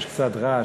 יש קצת רעש.